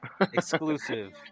Exclusive